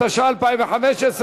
התשע"ה 2015,